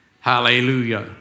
Hallelujah